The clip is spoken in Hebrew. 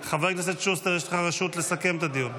חבר הכנסת שוסטר, יש לך רשות לסכם את הדיון.